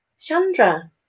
Chandra